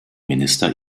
minister